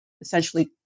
essentially